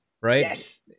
right